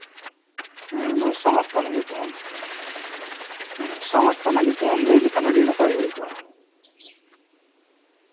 ᱦᱮᱸ ᱚᱱᱟ ᱥᱚᱝᱚᱥᱛᱷᱟ ᱨᱮᱱᱟᱜ ᱧᱩᱛᱩᱢᱮᱢ ᱦᱩᱸ ᱥᱚᱝᱚᱥᱛᱷᱟ ᱨᱮᱱᱟᱜ ᱧᱩᱛᱩᱢᱮᱢ ᱞᱟᱹᱭ ᱞᱮᱠᱷᱟᱱ ᱟᱹᱰᱤ ᱱᱟᱯᱟᱭ ᱦᱩᱭ ᱠᱚᱜᱼᱟ